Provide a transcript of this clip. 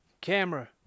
camera